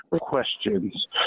questions